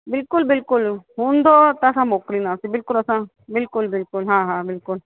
बिल्कुल बिल्कुल हूंदो त असां मोकिलिंदासीं बिल्कुल असां बिल्कुल बिल्कुल हा हा बिल्कुल